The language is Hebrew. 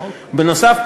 בנוסף,